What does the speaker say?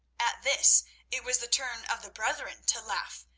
at this it was the turn of the brethren to laugh,